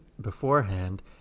beforehand